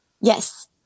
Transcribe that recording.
Yes